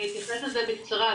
אני אתייחס לזה בקצרה.